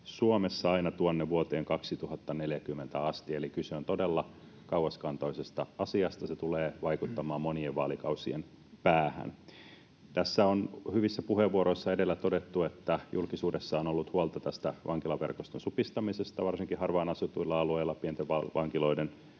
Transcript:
Suomessa aina tuonne vuoteen 2040 asti, eli kyse on todella kauaskantoisesta asiasta. Se tulee vaikuttamaan monien vaalikausien päähän. Tässä on hyvissä puheenvuoroissa edellä todettu, että julkisuudessa on ollut huolta tästä vankilaverkoston supistamisesta ja varsinkin harvaan asutuilla alueilla pienten vankiloiden